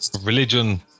religion